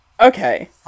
Okay